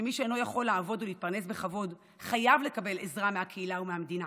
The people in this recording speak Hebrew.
מי שאינו יכול לעבוד ולהתפרנס בכבוד חייב לקבל עזרה מהקהילה ומהמדינה,